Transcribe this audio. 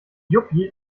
yuppie